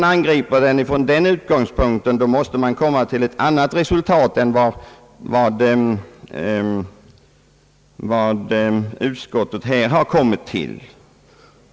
Från den utgångspunkten måste man komma till ett annat resultat än vad utskottet här kommit till.